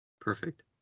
Perfect